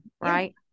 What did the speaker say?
right